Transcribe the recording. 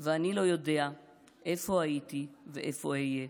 / ואני לא יודע איפה הייתי ואיפה אהיה.